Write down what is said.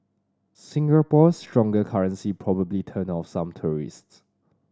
Singapore's stronger currency probably turned off some tourists